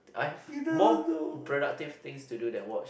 I more productive things to do that work